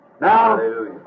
now